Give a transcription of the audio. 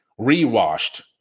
rewashed